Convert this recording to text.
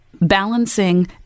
Balancing